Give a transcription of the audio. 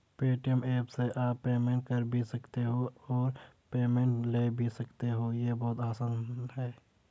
Paytm app से आप payment कर भी सकते हो और पेमेंट ले भी सकते हो, ये बहुत आसान है